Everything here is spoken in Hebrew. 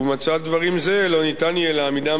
ובמצב דברים זה לא ניתן יהיה להעמידם